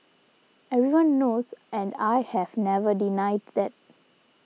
everyone knows and I have never denied that